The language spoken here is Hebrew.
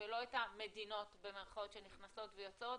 ולא את ה"מדינות" שנכנסות ויוצאות,